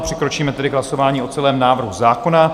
Přikročíme tedy k hlasování o celém návrhu zákona.